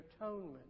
atonement